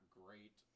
great